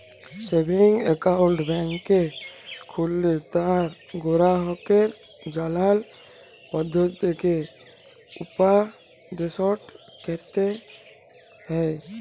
savings account ব্যাংকে খুললে তার গেরাহককে জালার পদধতিকে উপদেসট ক্যরতে হ্যয়